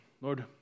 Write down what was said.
Lord